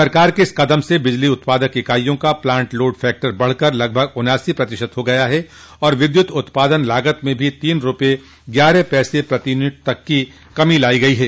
सरकार के इस कदम से बिजली उत्पादक इकाईयों का प्लांट लोड फ़ैक्टर बढ़कर लगभग उन्यासी प्रतिशत हो गया है और विद्युत उत्पादन लागत में भी तीन रूपया ग्यारह पैसे प्रति यूनिट तक की कमी लाई गई है